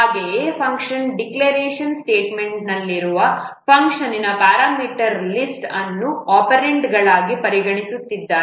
ಹಾಗೆಯೇ function declaration ಸ್ಟೇಟ್ಮೆಂಟ್ನಲ್ಲಿರುವ ಫಂಕ್ಷನ್ನ ಪ್ಯಾರಾಮೀಟರ್ ಲಿಸ್ಟ್ ಅನ್ನು ಆಪರೇಂಡ್ಗಳಾಗಿ ಪರಿಗಣಿಸದಿದ್ದರೆ